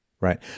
Right